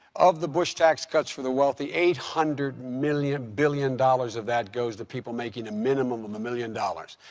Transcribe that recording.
of the bush tax cuts for the wealthy, eight hundred million billion dollars of that goes to people making a minimum of a million dollars.